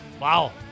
Wow